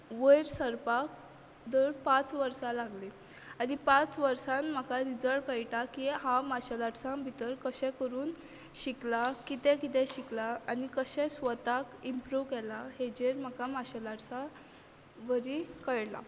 वयर सरपाक धर पांच वर्सां लागलीं आनी पांच वर्सान म्हाका रिजल्ट कळटा की हांव मार्शेल आर्टसान भितर कशें करून शिकलां कितें कितें शिकलां आनी कशें स्वताक इंमप्रुव केलां हेचेर म्हाका मार्शेल आर्टसाक वरी कळलां